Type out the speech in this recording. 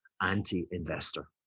anti-investor